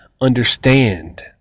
understand